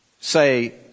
say